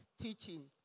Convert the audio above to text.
teaching